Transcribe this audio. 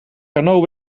renault